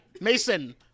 Mason